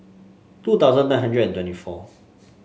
two thousand nine hundred twenty four